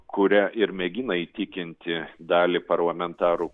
kuria ir mėgina įtikinti dalį parlamentarų